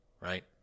Right